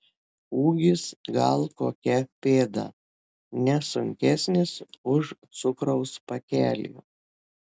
ūgis gal kokia pėda ne sunkesnis už cukraus pakelį